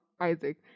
Isaac